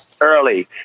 early